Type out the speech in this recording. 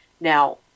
Now